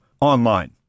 online